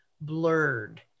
blurred